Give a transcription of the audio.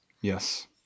Yes